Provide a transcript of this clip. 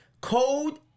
Code